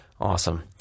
awesome